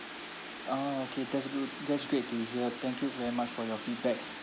orh okay that's good that's great to hear thank you very much for your feedback